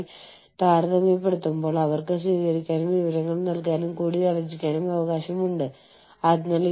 ഏറ്റെടുക്കലുകൾ അർത്ഥമാക്കുന്നത് നിങ്ങൾ കൂടുതൽ ശക്തമായ കമ്പനിയാണ്